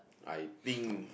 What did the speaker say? I think